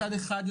מצד אחד,